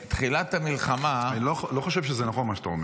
בתחילת המלחמה --- לא חושב שזה נכון מה שאתה אומר.